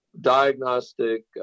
diagnostic